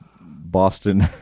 boston